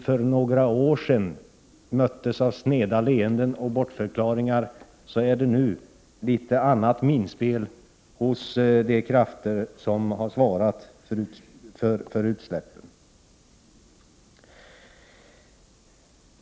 För några år sedan möttes vi av sneda leenden och bortförklaringar. Nu är det ett annat minspel hos företrädarna för de krafter som svarat för utsläppen.